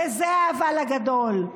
וזה ה"אבל" הגדול,